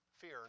fear